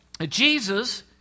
Jesus